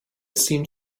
seemed